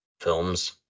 films